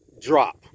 drop